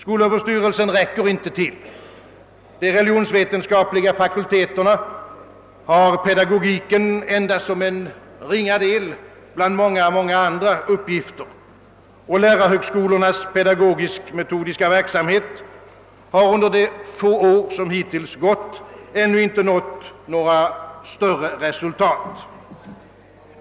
Skolöverstyrelsen räcker inte till. I de religionsvetenskapliga fakulteterna utgör pedagogiken endast en ringa del av många uppgifter, och lärarhögskolornas pedagogisk-metodiska verksamhet har under de få år den pågått ännu inte nått några större resultat.